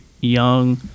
young